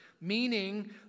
meaning